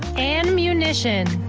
anne munition.